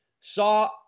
saw